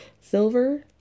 silver